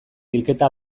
bilketa